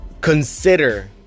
consider